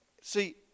See